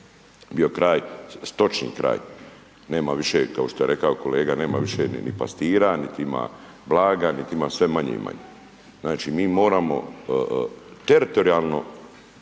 bio kraj, stočni kraj, nema više, kao što je rekao kolega, nema više ni pastira, niti ima blaga, niti ima sve manje i manje. Znači, mi moramo teritorijalno